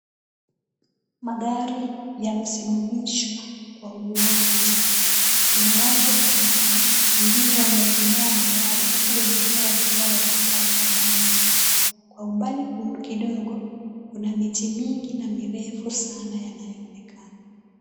Magari yamesimamishwa kwa uwanja. Kuna watu ambao wengine wameegemea magari huku wengine wakiwa wamekaa kwa nyasi. Kwa umbali, kidogo kuna miti mingi na mirefu sana yanayoonekana.